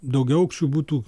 daugiaaukščių butų